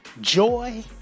Joy